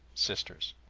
sisters.